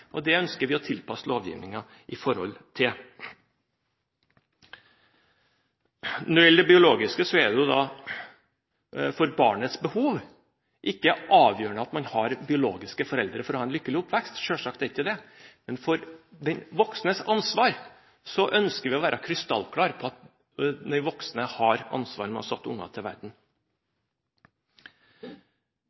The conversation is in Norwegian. ønsker å tilpasse lovgivningen etter dette. Når det gjelder det biologiske, er det for barnets behov ikke avgjørende at man har biologiske foreldre for å ha en lykkelig oppvekst – selvsagt er det ikke det. Men når det gjelder den voksnes ansvar, ønsker vi å være krystallklare på at de voksne har ansvar når de har satt unger til verden.